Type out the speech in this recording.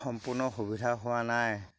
সম্পূৰ্ণ সুবিধা হোৱা নাই